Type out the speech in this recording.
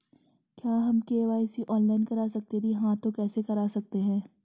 क्या हम KYC online करा सकते हैं यदि हाँ तो कैसे करा सकते हैं?